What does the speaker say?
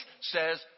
says